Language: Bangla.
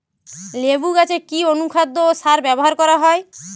লেবু গাছে কি অনুখাদ্য ও সার ব্যবহার করা হয়?